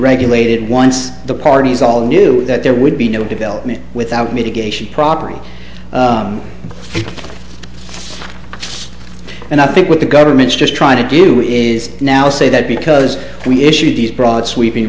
regulated once the parties all knew that there would be no development without mitigation properly and i think what the government's just trying to do is now say that because we issued these broad sweeping